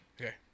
okay